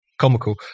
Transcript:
comical